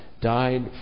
died